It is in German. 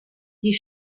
die